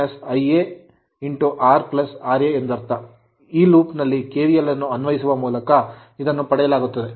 ಈ loop loop ನಲ್ಲಿ KVL ಅನ್ನು ಅನ್ವಯಿಸುವ ಮೂಲಕ ಇದನ್ನು ಪಡೆಯಲಾಗುತ್ತದೆ ಇಲ್ಲಿ ra armature resistance ಆರ್ಮೆಚರ್ ಪ್ರತಿರೋಧವಾಗಿದೆ